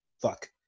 Fuck